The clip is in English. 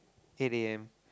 eight a_m